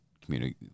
community